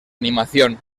animación